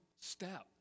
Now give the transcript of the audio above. step